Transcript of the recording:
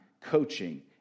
coaching